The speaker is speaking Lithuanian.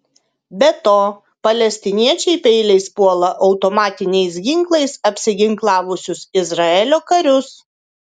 be to palestiniečiai peiliais puola automatiniais ginklais apsiginklavusius izraelio karius